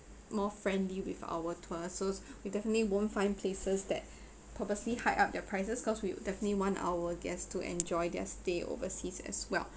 more friendly with our tour so we definitely won't find places that purposely hike up their prices cause we definitely want our guests to enjoy their stay overseas as well